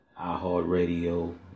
iHeartRadio